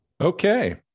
Okay